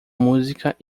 música